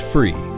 Free